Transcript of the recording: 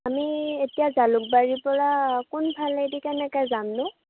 আমি এতিয়া জালুকবাৰী পৰা কোনফালেদি কেনেকৈ যামনো